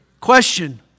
Question